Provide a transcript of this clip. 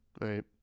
right